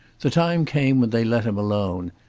the time came when they let him alone,